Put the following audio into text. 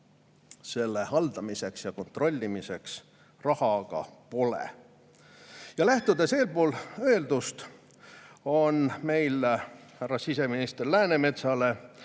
Selle haldamiseks ja kontrollimiseks raha aga pole. Lähtudes eelpool öeldust, on meil siseminister härra Läänemetsale